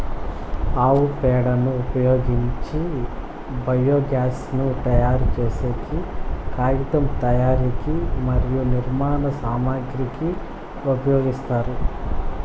ఆవు పేడను ఉపయోగించి బయోగ్యాస్ ను తయారు చేసేకి, కాగితం తయారీకి మరియు నిర్మాణ సామాగ్రి కి ఉపయోగిస్తారు